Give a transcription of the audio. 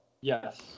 yes